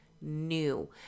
new